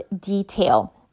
detail